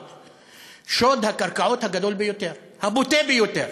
שוד הקרקעות הגדול ביותר, הבוטה ביותר.